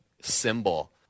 symbol